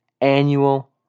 annual